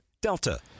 Delta